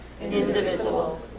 indivisible